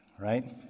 Right